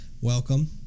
welcome